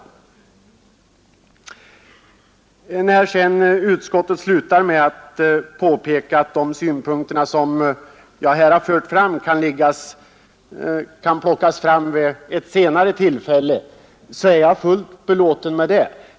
Utskottet framhåller i slutet av sitt betänkande att de synpunkter jag framfört kan plockas fram vid ett senare tillfälle. Jag är fullt belåten med det.